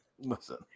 Listen